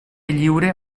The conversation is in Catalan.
lliure